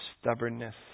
stubbornness